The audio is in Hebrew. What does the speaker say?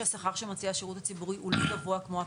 שמציע השירות הציבורי הוא לא גבוה כמו הפרטי,